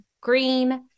Green